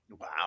Wow